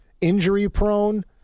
injury-prone